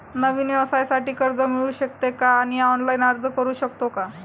नवीन व्यवसायासाठी कर्ज मिळू शकते का आणि ऑनलाइन अर्ज करू शकतो का?